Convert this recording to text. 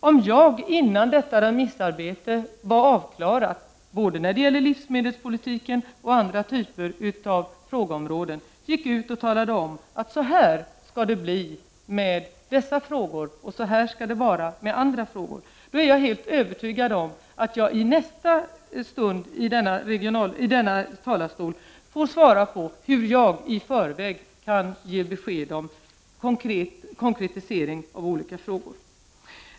Om jag innan remissarbetet var avklarat — det gäller både livsmedelspolitiken och andra områden — gick ut och talade om att så här skall det bli i dessa frågor och så här skall det vara i andra frågor, då är jag alldeles övertygad om att jag i nästa stund i denna talarstol skulle få svara på hur jag i förväg kan ge besked om konkretiseringar av olika frågor.